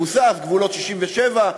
מבוסס גבולות 67',